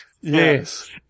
yes